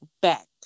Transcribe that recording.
back